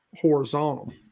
horizontal